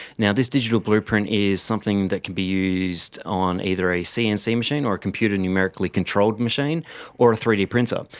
this digital blueprint is something that can be used on either a cnc machine or a computer numerically controlled machine or a three d printer.